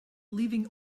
leaving